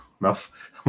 enough